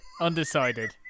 Undecided